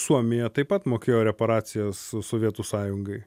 suomija taip pat mokėjo reparacijas sovietų sąjungai